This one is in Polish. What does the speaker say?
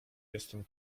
jestem